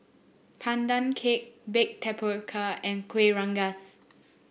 Pandan Cake Baked Tapioca and Kuih Rengas